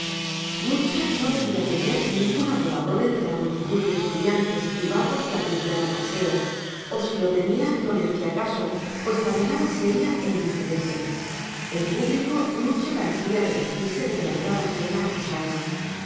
nucha no debía tener ningún adorador entre la multitud de estudiantes y vagos que acudían al paseo o si lo tenía no le hacía caso pues caminaba seria e indiferente en público nucha parecía revestirse de gravedad ajena a sus años